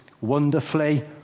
wonderfully